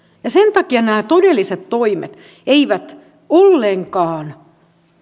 nostetaan sen takia nämä todelliset toimet eivät ollenkaan